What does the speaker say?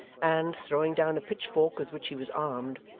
and, throwing down a pitchfork with which he was armed,